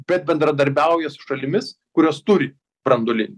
bet bendradarbiauja su šalimis kurios turi branduolinį